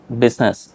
business